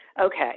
Okay